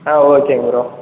ah okay bro